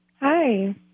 Hi